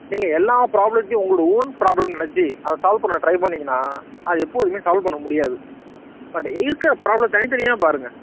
நீங்கள் எல்லா ப்ராப்ளத்தையும் உங்களோடய ஓன் ப்ராப்ளம்னு நினைச்சி அதை சால்வ் பண்ண ட்ரை பண்ணீங்கன்னால் அது எப்போதுமே சால்வ் பண்ண முடியாது பட் இருக்கிற ப்ராப்ளம் தனித்தனியாக பாருங்கள்